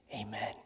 Amen